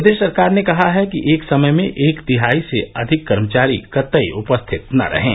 प्रदेश सरकार ने कहा है कि एक समय में एक तिहाई से अधिक कर्मचारी कतई उपरिथित न रहें